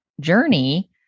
journey